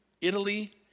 Italy